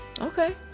Okay